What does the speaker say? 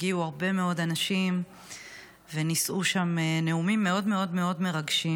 הגיעו הרבה מאוד אנשים ונישאו שם נאומים מאוד מאוד מאוד מרגשים,